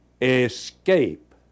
Escape